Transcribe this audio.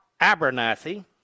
Abernathy